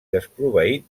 desproveït